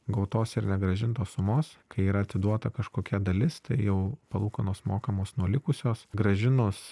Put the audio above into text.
gautos ir negrąžintos sumos kai yra atiduota kažkokia dalis tai jau palūkanos mokamos nuo likusios grąžinus